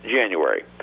January